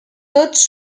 tots